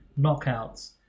knockouts